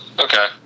Okay